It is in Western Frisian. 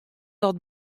dat